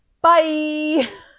bye